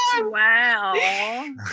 wow